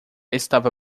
estava